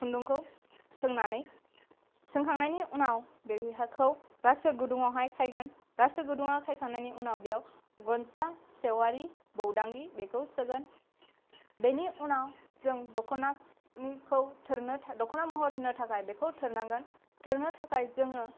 खुन्दुंखौ सोंनानै सोंखांनायनि उनाव बेखौ रासो गुदुंआव हाय खायगोन रासो गुदुंआव खायखांनायनि उनाव बेयाव गनसा सेवारि बेखौ सोगोन बेनि उनाव जों दख'नानिखौ दख'ना थोरनो दख'ना महर होनो थाखाय जों बेखौ थोरनांगोन थोरनो थाखाय जोङो